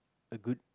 a good